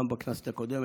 גם בכנסת הקודמת,